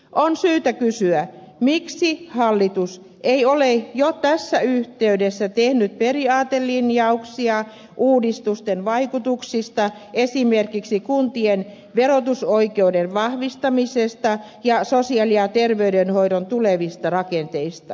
on syytä kysyä miksi hallitus ei ole jo tässä yhteydessä tehnyt periaatelinjauksia uudistusten vaikutuksista esimerkiksi kuntien verotusoikeuden vahvistamisesta ja sosiaali ja terveydenhoidon tulevista rakenteista